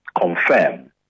confirm